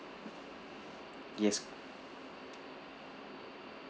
yes